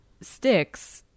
sticks